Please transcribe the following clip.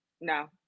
no